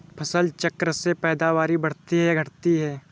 फसल चक्र से पैदावारी बढ़ती है या घटती है?